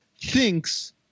thinks